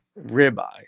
ribeye